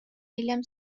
hiljem